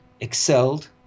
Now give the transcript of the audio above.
excelled